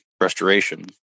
restoration